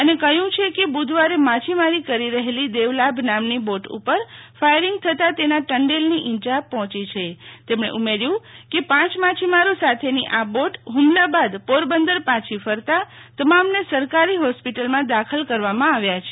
અને કહયું છે કે બુધવારે માછીમારી કરી રહેલી દેવલાભ નામનો બોટ ઉપર ફાયરીંગ થતાં તેના ટંડેલની ઈજા પહોંચી છે તેમણે ઉમેર્યું કે પાંચ માછીમારો સાથેની આ બોટ હુંમલા બાદ પોરબંદર પાછી ફરતા તમામને સરકારી હોસ્પિટલમાં દાખલ કરવમાં આવ્યા છે